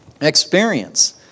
experience